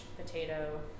potato